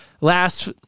last